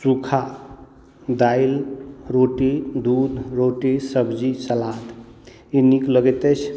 सूखा दालि रोटी दूध रोटी सब्जी सलाद ई नीक लगैत अछि